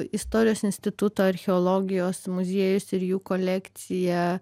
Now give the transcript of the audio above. istorijos instituto archeologijos muziejus ir jų kolekcija